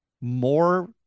more